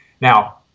now